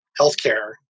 healthcare